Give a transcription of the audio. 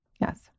Yes